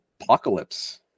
apocalypse